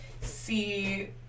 see